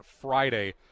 Friday